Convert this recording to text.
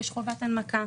יש חובת הנמקה,